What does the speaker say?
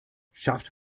schafft